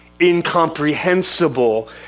incomprehensible